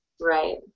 Right